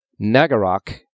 Nagarok